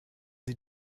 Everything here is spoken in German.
sie